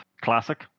classic